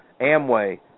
Amway